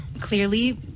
Clearly